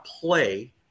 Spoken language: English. play